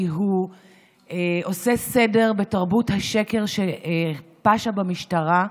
כי הוא עושה סדר בתרבות השקר שפשתה במשטרה.